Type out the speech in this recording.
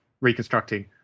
reconstructing